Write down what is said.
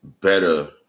better